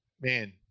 man